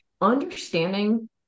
understanding